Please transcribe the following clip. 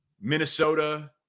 Minnesota